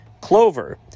Clover